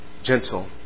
Gentle